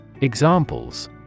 Examples